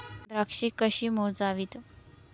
द्राक्षे कशी मोजावीत?